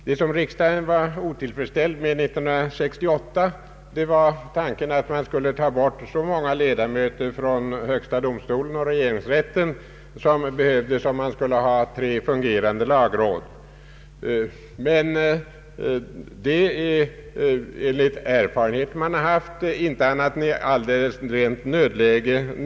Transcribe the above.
Herr talman! Riksdagen var 1968 otillfredsställd med tanken att ta bort så många ledamöter från högsta domstolen och regeringsrätten som behövdes om man skulle ha tre fungerande lagrådsavdelningar. Men enligt de erfarenheter vi haft är detta inte nödvändigt annat än i ett rent nödläge.